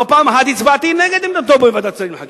לא פעם אחת הצבעתי נגד עמדתו בוועדת השרים לחקיקה,